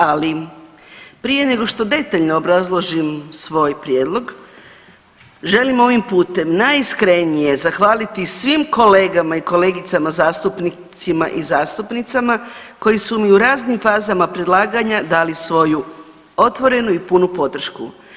Ali prije nego što detaljno obrazložim svoj prijedlog želim ovim putem najiskrenije zahvaliti svim kolegama i kolegicama zastupnicima i zastupnicama koji su mi u raznim fazama predlaganja dali svoju otvorenu i punu podršku.